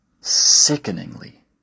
sickeningly